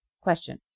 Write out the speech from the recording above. question